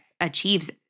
achieves